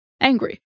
angry